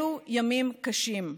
אלו ימים קשים,